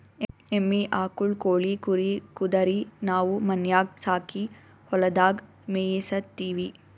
ಎಮ್ಮಿ ಆಕುಳ್ ಕೋಳಿ ಕುರಿ ಕುದರಿ ನಾವು ಮನ್ಯಾಗ್ ಸಾಕಿ ಹೊಲದಾಗ್ ಮೇಯಿಸತ್ತೀವಿ